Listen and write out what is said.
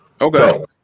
okay